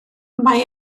mae